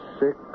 six